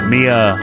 Mia